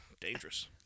dangerous